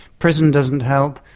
prison doesn't help,